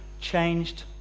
changed